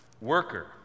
worker